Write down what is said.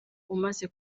umaze